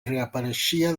reapareixia